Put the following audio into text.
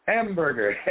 Hamburger